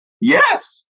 yes